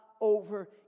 over